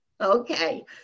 okay